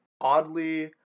oddly